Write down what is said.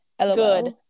Good